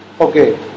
Okay